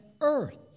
earth